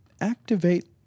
activate